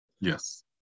Yes